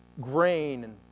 grain